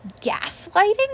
gaslighting